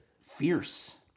fierce